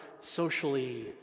socially